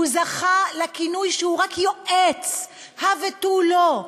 הוא זכה לכינוי שהוא רק יועץ, הא ותו לא.